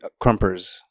crumpers